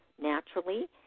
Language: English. naturally